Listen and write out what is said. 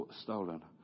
stolen